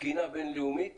תקינה בין-לאומית